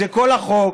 זה כל החוק,